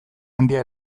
handia